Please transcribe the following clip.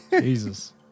Jesus